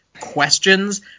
questions